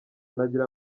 nagira